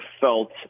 felt